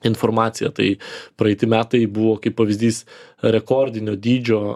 informacija tai praeiti metai buvo kaip pavyzdys rekordinio dydžio